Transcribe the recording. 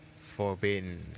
forbidden